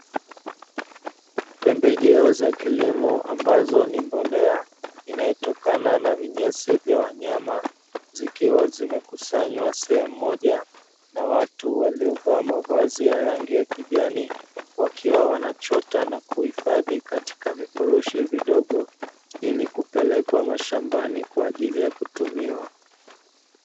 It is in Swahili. Pembejeo za kilimo ambazo ni mbolea inayotokana na vinyesi vya wanyama, zikiwa zimekusanywa sehemu moja na watu waliovaa mavazi ya rangi ya kijani. Wakiwa wanachota na kuhifadhi katika vifurushi vidogo, ili kupelekwa mashambani kwa aji ya kutumiwa.